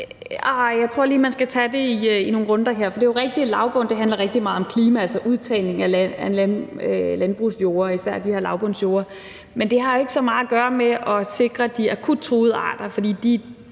Jeg tror lige, at man skal tage det i nogle runder her. For det er jo rigtigt, at lavbund handler rigtig meget om klima, altså udtagning af landbrugsjord og især de her lavbundsjorder. Men det har jo ikke så meget at gøre med at sikre de akut truede arter, for det